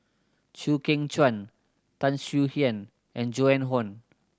Chew Kheng Chuan Tan Swie Hian and Joan Hon